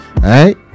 right